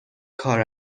کار